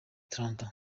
atlanta